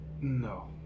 No